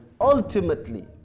ultimately